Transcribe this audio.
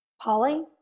Polly